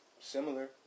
similar